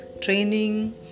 training